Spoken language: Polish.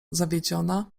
zawiedziona